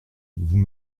vous